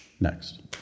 Next